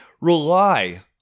rely